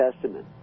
Testament